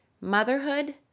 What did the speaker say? motherhood